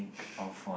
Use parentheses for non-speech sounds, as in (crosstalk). (breath)